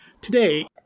today